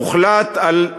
הוחלט על,